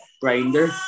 grinder